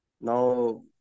Now